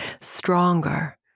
stronger